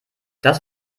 das